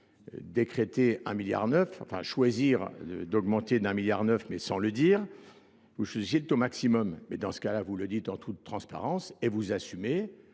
décréter un milliard neuf, enfin choisir d'augmenter d'un milliard neuf mais sans le dire, vous choisissez le taux maximum. Mais dans ce cas-là, vous le dites en toute transparence et vous assumez